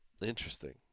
Interesting